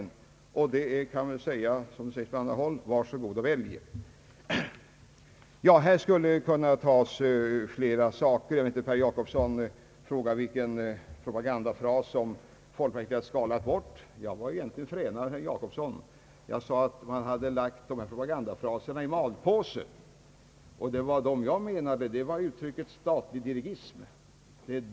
Man kan säga, som det sägs på andra håll: Var så god och välj! Herr Per Jacobsson frågar vilken propagandafras folkpartiet har skalat bort. Jag var egentligen fränare än herr Jacobsson. Jag sade att man hade lagt dessa propagandafraser i malpåse. Vad jag menade var uttrycket statlig dirigism.